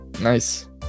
Nice